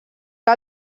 que